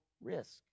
risk